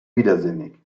widersinnig